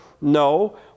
No